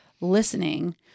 listening